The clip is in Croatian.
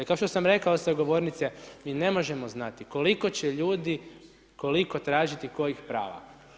I kao što sam rekao sa govornice, mi ne možemo znati, koliko će ljudi, koliko tražiti kojih prava.